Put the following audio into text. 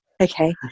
Okay